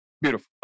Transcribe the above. Beautiful